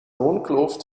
loonkloof